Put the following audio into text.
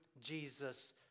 jesus